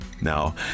Now